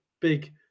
big